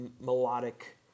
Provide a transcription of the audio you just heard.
melodic